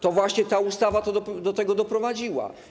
To właśnie ta ustawa do tego doprowadziła.